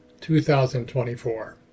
2024